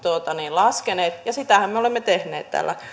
laskeneet ja sitähän me olemme tehneet tällä